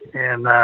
and,